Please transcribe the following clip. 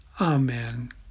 Amen